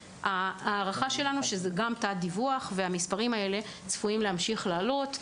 ההערכה שלנו היא שמדובר בתת-דיווח והמספרים הללו צפויים להמשיך ולעלות.